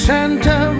Santa